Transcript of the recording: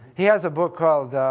he has a book called,